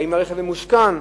האם הרכב ממושכן,